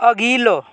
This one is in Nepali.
अघिल्लो